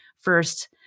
first